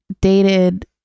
dated